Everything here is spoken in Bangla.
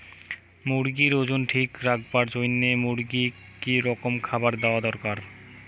মুরগির ওজন ঠিক রাখবার জইন্যে মূর্গিক কি রকম খাবার দেওয়া দরকার?